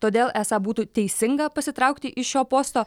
todėl esą būtų teisinga pasitraukti iš šio posto